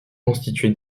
constituée